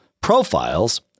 profiles